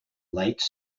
late